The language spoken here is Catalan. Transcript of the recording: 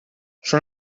són